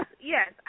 yes